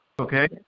Okay